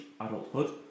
adulthood